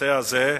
בנושא הזה.